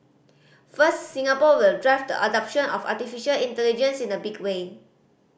first Singapore will drive the adoption of artificial intelligence in a big way